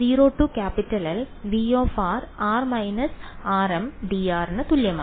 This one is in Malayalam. അതിനാൽ എനിക്ക് V എന്നത് ന് തുല്യമാണ്